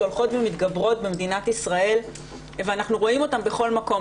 שהולכות ומתגברות במדינת ישראל ואנחנו רואים אותם בכל מקום.